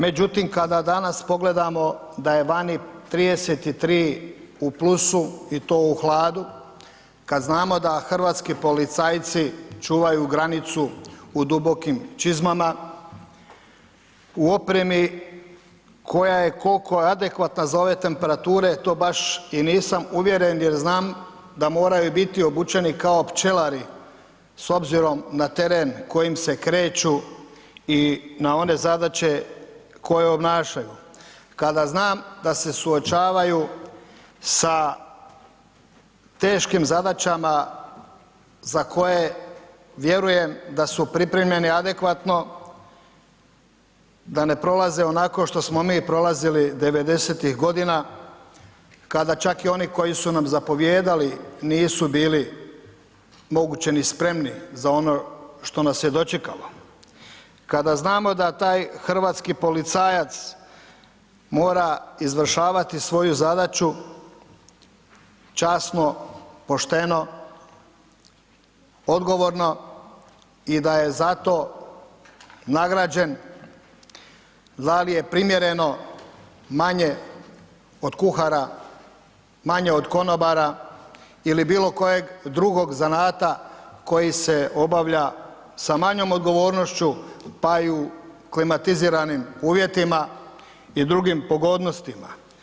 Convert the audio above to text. Međutim, kada danas pogledamo da je vani 33 u plusu i to u hladu, kada znamo da hrvatski policajci čuvaju granicu u dubokim čizmama, u opremi koja je koliko je adekvatna za ove temperature to baš i nisam uvjeren, jer znam da moraju biti obučeni kao pčelari s obzirom na teren kojim se kreću i na one zadaće koje obnašaju, kada znam da se suočavaju sa teškim zadaćama za koje vjerujem da su pripremljeni adekvatno, da ne prolaze onako što smo mi prolazili '90-ih godina, kada čak i oni koji su nam zapovijedali nisu bili moguće ni spremni za ono što nas je dočekalo, kada znamo da taj hrvatski policajac mora izvršavati svoju zadaću časno, pošteno, odgovorno i da je za to nagrađen, ... je primjereno manje od kuhara, manje od konobara ili bilo kojeg drugog zanata koji se obavlja sa manjom odgovornošću, pa i u klimatiziranim uvjetima, i drugim pogodnostima.